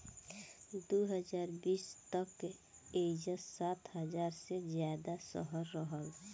दू हज़ार बीस तक एइजा सात हज़ार से ज्यादा शहर रहल